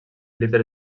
líder